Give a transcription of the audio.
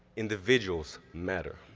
individuals matter.